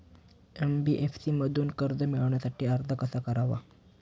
NBFC मधून कर्ज मिळवण्यासाठी अर्ज कसा करावा?